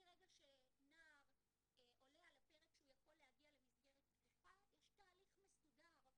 מרגע שנער עולה על הפרק שהוא יכול להגיע למסגרת פתוחה יש תהליך מסודר,